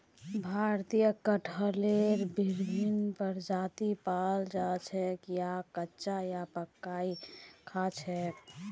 भारतत कटहलेर विभिन्न प्रजाति पाल जा छेक याक कच्चा या पकइ खा छेक